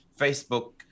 facebook